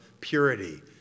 purity